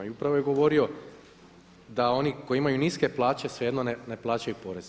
Upravo je govorio da oni koji imaju niske plaće svejedno ne plaćaju porez.